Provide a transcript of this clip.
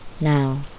Now